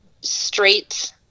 straight